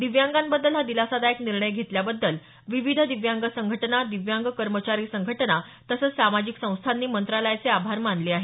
दिव्यांगांबद्दल हा दिलासादायक निर्णय घेतल्याबद्दल विविध दिव्यांग संघटना दिव्यांग कर्मचारी संघटना तसंच सामाजिक संस्थांनी मंत्रालयाचे आभार मानले आहेत